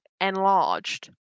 enlarged